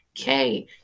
okay